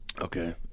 Okay